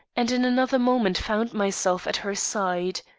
and in another moment found myself at her side.